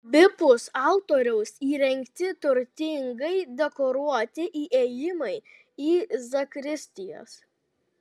abipus altoriaus įrengti turtingai dekoruoti įėjimai į zakristijas